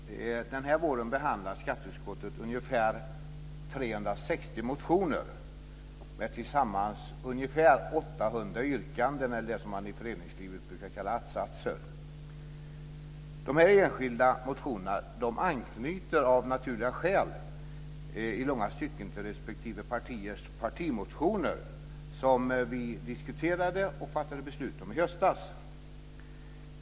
Fru talman! Den här våren behandlar skatteutskottet ungefär 360 motioner med tillsammans ungefär 800 yrkanden, eller det som i föreningslivet brukar kallas att-satser. De enskilda motionerna anknyter av naturliga skäl i långa stycken till respektive partiers partimotioner som vi diskuterade och fattade beslut om i höstas.